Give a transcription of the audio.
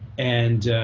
and